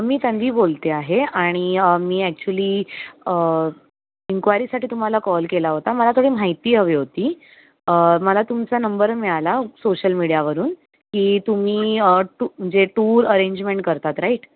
मी तन्वी बोलते आहे आणि मी ॲक्च्युली इंक्वायरीसाठी तुम्हाला कॉल केला होता मला थोडी माहिती हवी होती मला तुमचा नंबर मिळाला सोशल मीडियावरून की तुम्ही टु म्हणजे टूर अरेंजमेण्ट करतात राइट